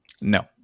No